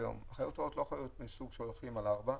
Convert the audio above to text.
חיות רעות לא חייבות להיות מהסוג שהולך על ארבע,